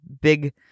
big